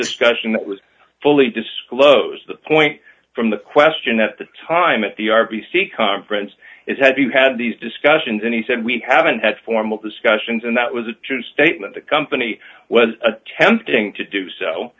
discussion that was fully disclose the point from the question at the time at the r b c conference is have you had these discussions and he said we haven't had formal discussions and that was a true statement the company was attempting to do so